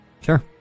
Sure